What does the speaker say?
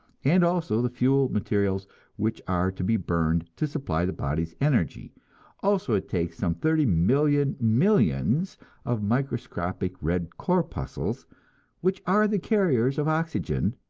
and also the fuel materials which are to be burned to supply the body's energy also it takes some thirty million millions of microscopic red corpuscles which are the carriers of oxygen,